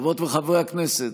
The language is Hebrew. חברות וחברי הכנסת,